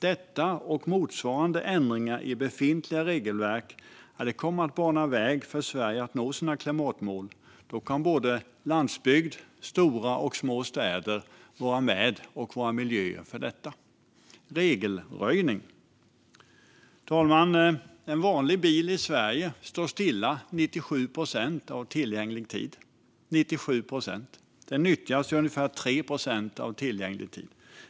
Denna och motsvarande ändringar i befintliga regelverk kommer att bana väg för Sverige att nå sina klimatmål, och då kan både landsbygd och stora och små städer vara med och vara miljöer för detta genom regelröjning. Fru talman! En vanlig bil i Sverige står stilla 97 procent av tillgänglig tid. Den nyttjas alltså ungefär 3 procent av tillgänglig tid.